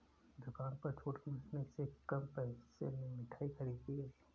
दुकान पर छूट मिलने से कम पैसे में मिठाई खरीदी गई